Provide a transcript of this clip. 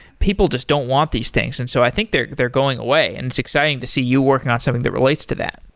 people just don't want these things. and so i think they're they're going away, and it's exciting to see you working on something that relates to that.